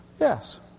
Yes